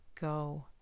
go